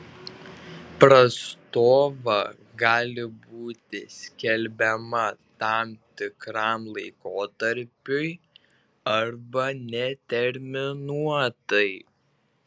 prastova gali būti skelbiama tam tikram laikotarpiui arba neterminuotai